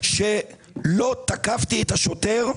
שלא תקפתי את השוטר.